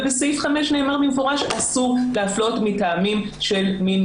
ובסעיף 5 נאמר במפורש שאסור להפלות מטעמים של מין,